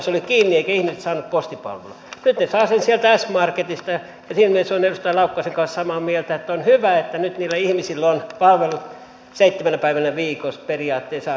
nyt he saavat ne sieltä s marketista ja siinä mielessä olen edustaja laukkasen kanssa samaa mieltä että on hyvä että nyt niillä ihmisillä on palvelut seitsemänä päivänä viikossa periaatteessa aamusta iltaan